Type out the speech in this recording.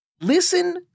Listen